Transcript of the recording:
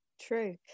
true